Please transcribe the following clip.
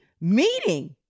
meeting